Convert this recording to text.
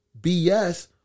BS